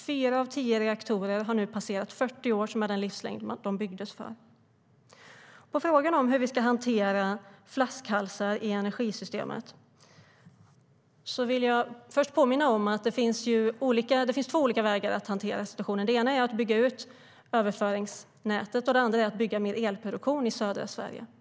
Fyra av tio reaktorer har passerat 40 år, vilket är den livslängd de byggdes för. Beträffande frågan hur vi ska hantera flaskhalsar i energisystemet vill jag påminna om att det finns två sätt att hantera situationen. Det ena är att bygga ut överföringsnätet. Det andra är att bygga mer elproduktion i södra Sverige.